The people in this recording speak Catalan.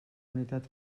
unitat